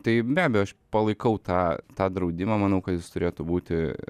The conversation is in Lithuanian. tai be abejo aš palaikau tą tą draudimą manau kad jis turėtų būti